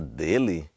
dele